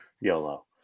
Yolo